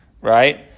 Right